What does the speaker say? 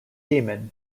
demon